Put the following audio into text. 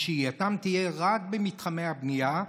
כי שהייתם תהיה רק במתחמי הבנייה,